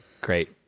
great